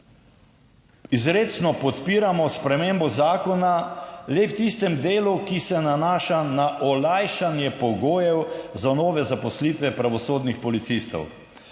izrecno podpiramo spremembo zakona le v tistem delu, ki se nanaša na olajšanje pogojev za nove zaposlitve pravosodnih policistov.